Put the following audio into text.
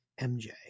MJ